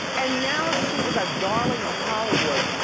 and now she is a darling of hollywood.